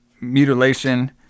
mutilation